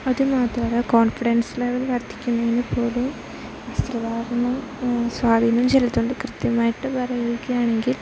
അതു മാത്രമല്ല confidence level വർദ്ധിക്കുന്നതിനുപോലും വസ്ത്രധാരണം സ്വാധീനം ചെലുത്തുന്നുണ്ട് കൃത്യമായിട്ട് പറയുകയാണെങ്കിൽ